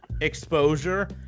exposure